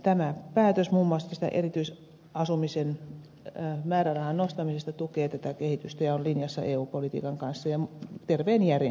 tämä päätös muun muassa tästä erityisasumisen määrärahan nostamisesta tukee tätä kehitystä ja on linjassa eu politiikan kanssa ja terveen järjenkin kanssa